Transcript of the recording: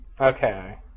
Okay